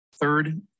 Third